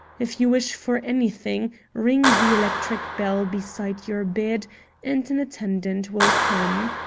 if you wish for anything, ring the electric bell beside your bed and an attendant will come.